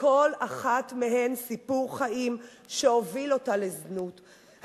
לכל אחת מהן סיפור חיים שהוביל אותה לזנות,